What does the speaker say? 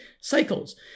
cycles